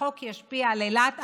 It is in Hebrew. החוק ישפיע על אילת,